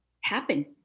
happen